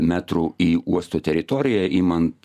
metrų į uosto teritoriją imant